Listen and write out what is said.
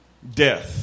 death